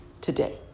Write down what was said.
today